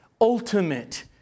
ultimate